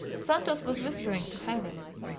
santos was whispering to harris.